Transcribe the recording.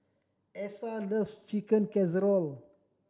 Essa loves Chicken Casserole